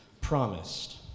promised